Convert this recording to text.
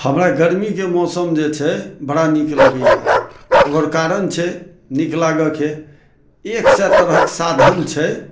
हमरा गरमीके मौसम जे छै बड़ा नीक लगैया ओकर कारण छै नीक लागऽके जे एक सए तरहक साधन छै